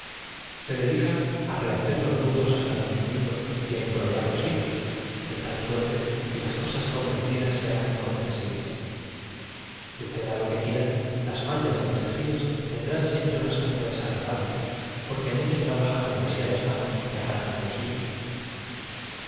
dedican rehacer los nudos has ta lo inñnito y á em brollar los hilos de tal suerte que las cosas comprendidas se bagan incomprengibles suceda lo que quiera las mallas y los tejidos tendrán siempre un aspecto desagradable porque en euos trabajan demasiadas manos que arrancan os hilos